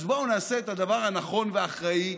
אז בואו נעשה את הדבר הנכון והאחראי,